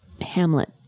Hamlet